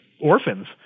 orphans